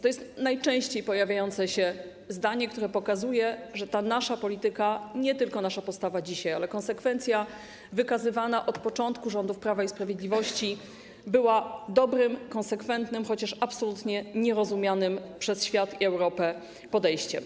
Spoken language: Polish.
To jest najczęściej powtarzane zdanie, które pokazuje, że nasza polityka - nie tylko nasza postawa dzisiaj, ale i konsekwencja wykazywana od początku rządów Prawa i Sprawiedliwości - była dobrym, konsekwentnym, chociaż absolutnie nierozumianym przez świat i Europę podejściem.